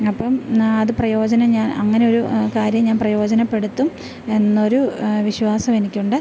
അപ്പം അത് പ്രയോജനം ഞാൻ അങ്ങനെയൊരു കാര്യം ഞാൻ പ്രയോജനപ്പെടുത്തും എന്നൊരു വിശ്വാസം എനിക്ക് ഉണ്ട്